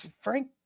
Frank-